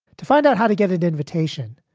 to find out how to get an invitation,